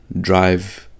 drive